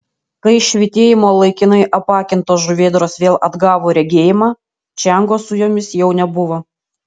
kai švytėjimo laikinai apakintos žuvėdros vėl atgavo regėjimą čiango su jomis jau nebuvo